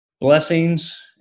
blessings